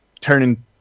turning